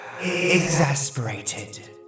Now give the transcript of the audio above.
Exasperated